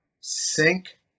sink